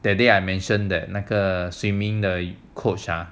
that day I mentioned that 那个 swimming 的 coach